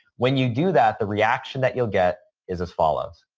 when you do that, the reaction that you'll get is as follows.